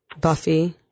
Buffy